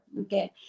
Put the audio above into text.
okay